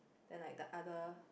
then like the other